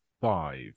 five